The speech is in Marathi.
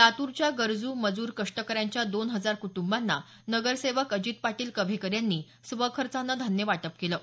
लातूरच्या गरजू मजूर कष्टकऱ्यांच्या दोन हजार कुटुंबांना नगरसेवक अजित पाटील कव्हेकर यांनी स्वखर्चानं धान्य वाटप केलं आहे